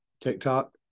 TikTok